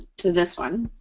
to this one.